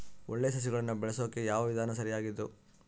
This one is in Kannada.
ಒಳ್ಳೆ ಸಸಿಗಳನ್ನು ಬೆಳೆಸೊಕೆ ಯಾವ ವಿಧಾನ ಸರಿಯಾಗಿದ್ದು?